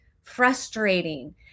frustrating